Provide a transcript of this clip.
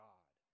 God